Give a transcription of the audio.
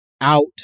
out